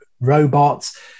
robots